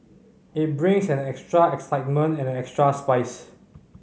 it brings an extra excitement and an extra spice